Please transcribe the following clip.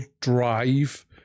drive